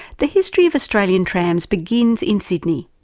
the history of australian trams begins in sydney.